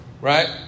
right